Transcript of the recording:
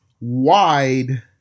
wide